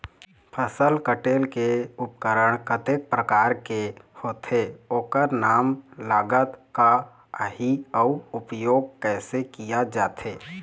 फसल कटेल के उपकरण कतेक प्रकार के होथे ओकर नाम लागत का आही अउ उपयोग कैसे किया जाथे?